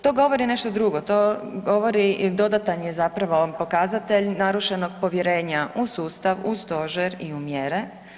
To govori nešto drugo to govori i dodatan je zapravo pokazatelj narušenog povjerenja u sustav, u stožer i u mjere.